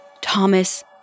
Thomas